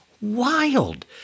wild